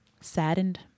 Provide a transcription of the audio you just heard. Saddened